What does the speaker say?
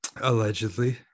Allegedly